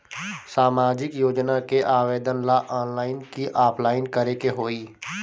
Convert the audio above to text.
सामाजिक योजना के आवेदन ला ऑनलाइन कि ऑफलाइन करे के होई?